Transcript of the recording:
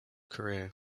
career